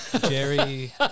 Jerry